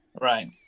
right